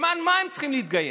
למען מה הם צריכים להתגייס?